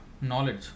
Knowledge